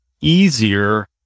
easier